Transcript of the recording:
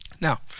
Now